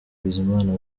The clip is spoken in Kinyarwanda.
bizimana